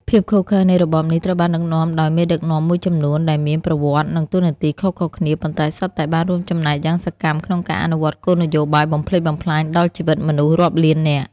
ភាពឃោរឃៅនៃរបបនេះ ត្រូវបានដឹកនាំដោយមេដឹកនាំមួយចំនួន ដែលមានប្រវត្តិ និងតួនាទីខុសៗគ្នា ប៉ុន្តែសុទ្ធតែបានរួមចំណែកយ៉ាងសកម្មក្នុងការអនុវត្តគោលនយោបាយបំផ្លិចបំផ្លាញដល់ជីវិតមនុស្សរាប់លាននាក់។